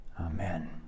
Amen